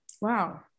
Wow